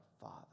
Father